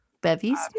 bevies